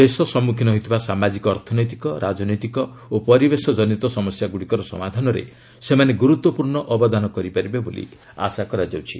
ଦେଶ ସମ୍ମୁଖୀନ ହେଉଥିବା ସାମାଜିକ ଅର୍ଥନୈତିକ ରାଜନୈତିକ ଓ ପରିବେଶ ଜନିତ ସମସ୍ୟାଗୁଡିକର ସମାଧାନରେ ସେମାନେ ଗୁରୁତ୍ୱପୂର୍ଣ୍ଣ ଅବଦାନ କରିପାରିବେ ବୋଲି ଆଶା କରାଯାଉଛି